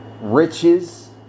riches